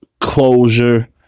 closure